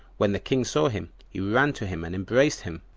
when the king saw him, he ran to him, and embraced him,